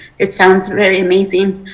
it sounds really amazing.